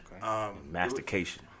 Mastication